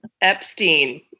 Epstein